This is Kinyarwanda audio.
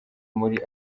muri